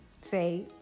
say